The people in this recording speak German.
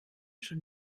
schon